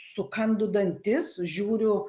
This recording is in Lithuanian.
sukandu dantis žiūriu